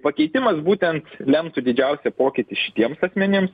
pakeitimas būtent lemtų didžiausią pokytį šitiems asmenims